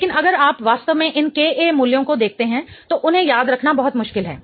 लेकिन अगर आप वास्तव में इन Ka मूल्यों को देखते हैं तो उन्हें याद रखना बहुत मुश्किल है